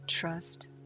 Trust